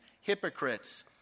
hypocrites